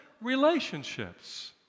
relationships